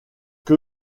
que